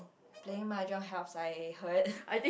playing mahjong helps I heard